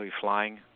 flying